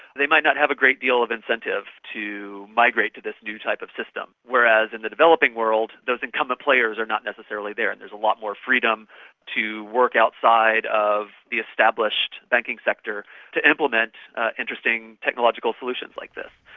they might not have a great deal of incentives to migrate to this new type of system, whereas in the developing world those incumbent players are not necessarily there and there's a lot more freedom to work outside of the established banking sector to implement interesting technological solutions like this.